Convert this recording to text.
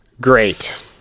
great